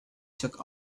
took